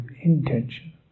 intention